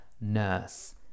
nurse